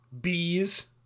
Bees